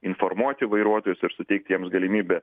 informuoti vairuotojus ir suteikti jiems galimybę